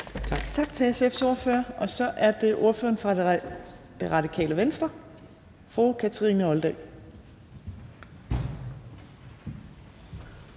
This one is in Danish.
Tak til SF's ordfører. Og så er det ordføreren for Radikale Venstre, fru Kathrine Olldag.